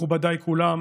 מכובדיי כולם,